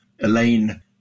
Elaine